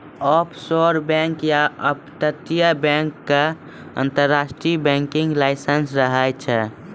offshore bank या अपतटीय bank के अंतरराष्ट्रीय बैंकिंग लाइसेंस रहै छै